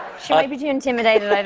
she might be too intimidated.